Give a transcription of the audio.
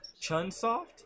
Chunsoft